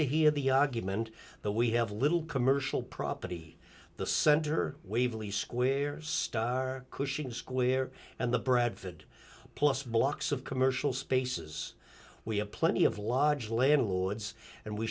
to hear the argument that we have little commercial property the center waverley squares star cushing square and the bradford plus blocks of commercial spaces we have plenty of lodge landlords and we